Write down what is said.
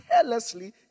carelessly